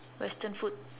western food